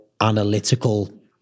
analytical